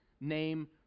name